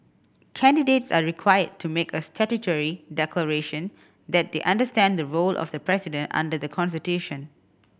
candidates are required to make a statutory declaration that they understand the role of the president under the constitution